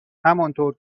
همانطور